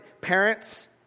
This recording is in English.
parents